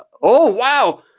ah oh, wow.